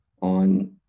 on